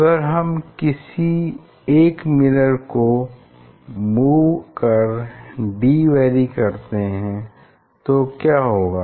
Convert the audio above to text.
अगर हम किसी एक मिरर को मूव कर d वैरी करते हैं तो क्या होगा